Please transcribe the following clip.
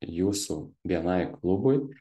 jūsų bni klubui